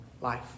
life